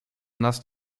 nas